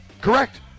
Correct